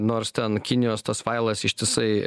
nors ten kinijos tas failas ištisai